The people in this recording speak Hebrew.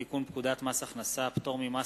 הצעת חוק לתיקון פקודת מס הכנסה (פטור ממס